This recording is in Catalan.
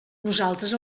nosaltres